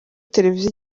televiziyo